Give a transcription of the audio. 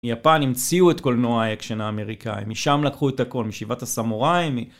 מיפן המציאו את קולנוע האקשן האמריקאי, משם לקחו את הכול, מ"שבעת הסמוראים"